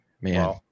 Man